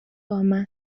بامن